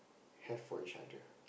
have for each other